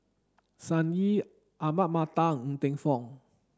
Sun Yee Ahmad Mattar Ng Teng Fong